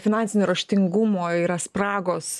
finansinio raštingumo yra spragos